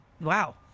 wow